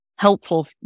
Helpful